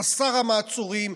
חסר המעצורים,